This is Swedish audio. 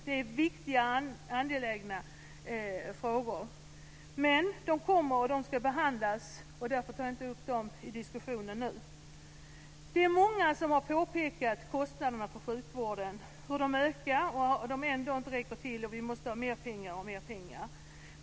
Detta är viktiga och angelägna frågor. Men de kommer och de ska behandlas, och därför tar jag inte upp dem i diskussionen nu. Det är många som har påpekat att kostnaderna för sjukvården ökar, att pengarna inte räcker till och att vi måste ha mer och mer pengar.